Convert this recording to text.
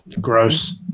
Gross